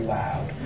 loud